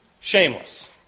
shameless